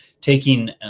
taking